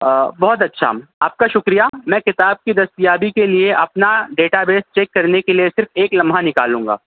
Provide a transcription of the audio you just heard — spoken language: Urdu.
بہت اچھا آپ کا شکریہ میں کتاب کی دستیابی کے لیے اپنا ڈیٹا بیس چیک کرنے کے لیے صرف ایک لمحہ نکالوں گا